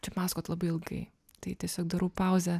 čia pasakot labai ilgai tai tiesiog darau pauzę